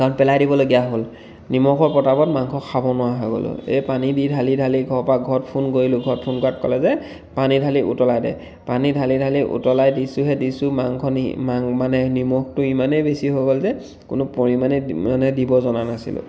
কাৰণ পেলাই দিবলগীয়া হ'ল নিমখৰ প্ৰতাপত মাংস খাব নোৱাৰা হৈ গ'লোঁ এই পানী দি ঢালি ঢালি ঘৰৰ পৰা ঘৰত ফোন কৰিলোঁ ঘৰত ফ'ন কৰাত ক'লে যে পানী ঢালি উতলাই দে পানী ঢালি ঢালি উতলাই দিছোঁহে দিছোঁ মাংস নিসি মানে নিমখটো ইমানেই বেছি হৈ গ'ল যে কোনো পৰিমাণেই মানে দিব জনা নাছিলোঁ